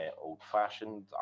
old-fashioned